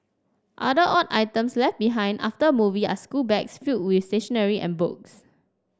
other odd items left behind after a movie are schoolbags filled with stationery and books